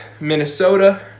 Minnesota